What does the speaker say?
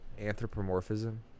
anthropomorphism